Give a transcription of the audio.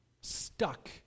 stuck